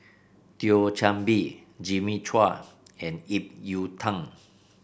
Thio Chan Bee Jimmy Chua and Ip Yiu Tung